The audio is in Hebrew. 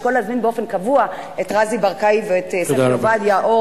אני אשקול להזמין את רזי ברקאי ואת ספי עובדיה,